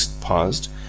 paused